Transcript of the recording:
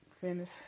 Finish